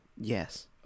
Yes